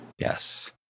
Yes